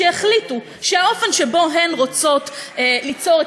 שהחליטו שהאופן שבו הן רוצות ליצור את